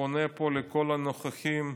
פונה פה לכל הנוכחים.